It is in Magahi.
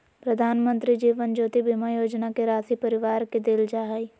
प्रधानमंत्री जीवन ज्योति बीमा योजना के राशी परिवार के देल जा हइ